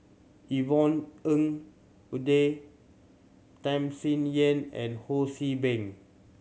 Yvonne Ng Uhde Tham Sien Yen and Ho See Beng